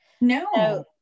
No